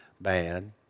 bad